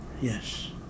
Yes